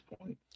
point